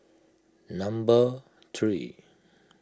number three